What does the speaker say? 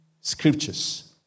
scriptures